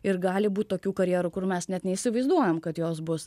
ir gali būt tokių karjerų kur mes net neįsivaizduojam kad jos bus